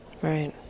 Right